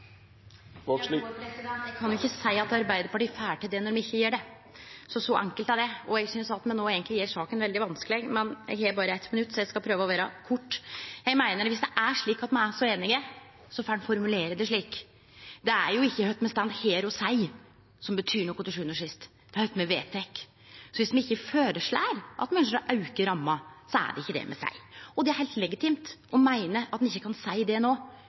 Eg kan jo ikkje seie at Arbeidarpartiet får til det, når me ikkje gjer det. Så enkelt er det. Eg synest at me no gjer saka veldig vanskeleg, men eg har berre eitt minutt, så eg skal prøve å vere kort. Viss det er slik at me er så einige, så får ein formulere det slik. Det er jo ikkje kva me står her og seier som betyr noko til sjuande og sist – det er kva me vedtek. Så viss me ikkje føreslår å auke ramma, er det ikkje det me seier. Det er heilt legitimt å meine at ein ikkje kan seie det